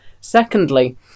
Secondly